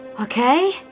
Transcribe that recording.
Okay